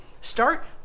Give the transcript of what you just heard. Start